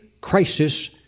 crisis